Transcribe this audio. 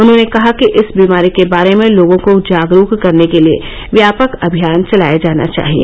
उन्हॉने कहा कि इस बीमारी के बारे में लोगों को जागरूक करने के लिये व्यापक अभियान चलाया जाना चाहिए